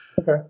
okay